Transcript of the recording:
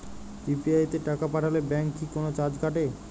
UPI তে টাকা পাঠালে ব্যাংক কি কোনো চার্জ কাটে?